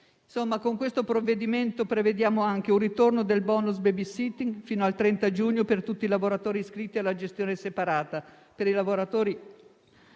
al nostro esame prevede anche un ritorno del *bonus baby-sitting* fino al 30 giugno per tutti i lavoratori iscritti alla gestione separata,